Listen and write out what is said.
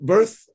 Birth